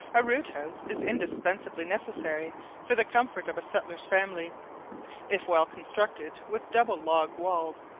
a root-house is indispensably necessary for the comfort of a settler's family if well constructed, with double log-walls,